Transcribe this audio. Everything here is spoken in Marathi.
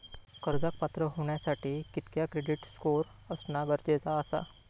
कर्जाक पात्र होवच्यासाठी कितक्या क्रेडिट स्कोअर असणा गरजेचा आसा?